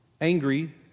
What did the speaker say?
angry